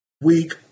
Week